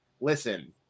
listen